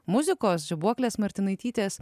muzikos žibuoklės martinaitytės